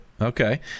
Okay